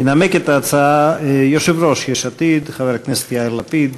ינמק את ההצעה יושב-ראש יש עתיד חבר הכנסת יאיר לפיד.